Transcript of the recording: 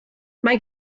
mae